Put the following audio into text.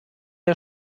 der